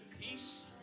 peace